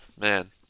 man